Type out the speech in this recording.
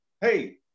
hey